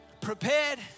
Prepared